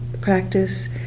practice